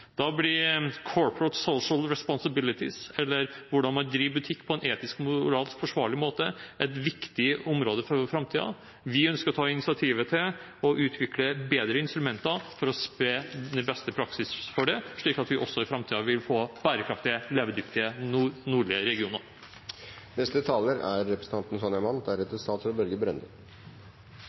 Da blir «corporate social responsibility» – eller hvordan man driver butikk på en etisk/moralsk forsvarlig måte – et viktig område for framtiden. Vi ønsker å ta initiativ til å utvikle bedre instrumenter for å spre beste praksis for det, slik at vi også i framtiden vil få bærekraftige, levedyktige nordlige regioner.